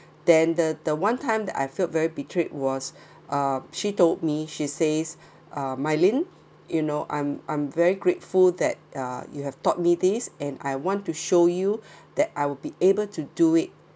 then the the one time that I felt very betrayed was uh she told me she says uh mylene you know I'm I'm very grateful that uh you have taught me this and I want to show you that I will be able to do it